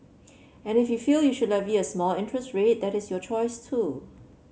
and if you feel you should levy a small interest rate that is your choice too